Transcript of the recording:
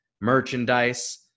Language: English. merchandise